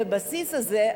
הבסיס הזה,